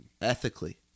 Ethically